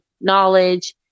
knowledge